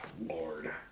Lord